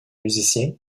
musiciens